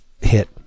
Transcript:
hit